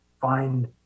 find